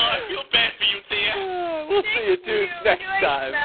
i feel bad for you. see you will see you dudes next time. i